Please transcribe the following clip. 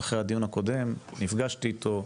אחרי הדיון הקודם נפגשתי איתו,